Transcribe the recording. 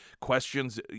questions